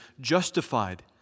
justified